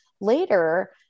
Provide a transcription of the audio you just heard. later